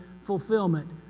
fulfillment